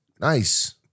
Nice